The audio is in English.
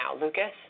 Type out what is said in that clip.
Lucas